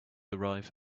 arrive